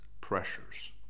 pressures